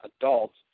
Adults